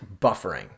buffering